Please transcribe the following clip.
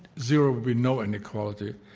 zero will be no inequality.